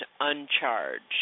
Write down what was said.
uncharged